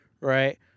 right